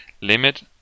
Limit